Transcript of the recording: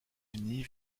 unis